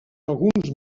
alguns